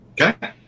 Okay